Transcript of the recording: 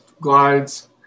glides